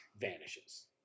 vanishes